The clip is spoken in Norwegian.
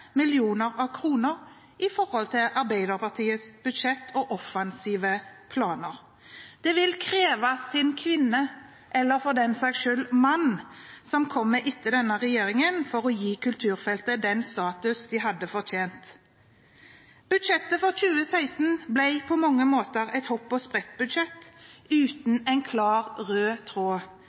millioner av kroner i forhold til Arbeiderpartiets budsjett og offensive planer. Det vil kreve sin kvinne – eller for den saks skyld mann – som kommer etter denne regjeringen, å gi kulturfeltet den status det hadde fortjent. Budsjettet for 2016 ble på mange måter et hopp og sprett-budsjett uten en klar rød tråd,